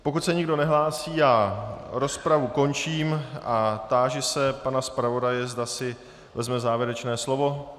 Pokud se nikdo nehlásí, rozpravu končím a táži se pana zpravodaje, zda si vezme závěrečné slovo.